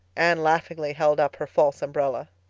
anne laughingly held up her false umbrella.